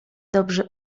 dobrze